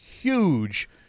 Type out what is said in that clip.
huge